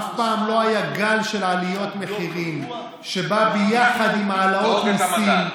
אף פעם לא היה גל של עליות מחירים שבא ביחד עם העלאות מיסים,